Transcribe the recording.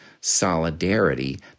solidarity